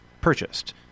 purchased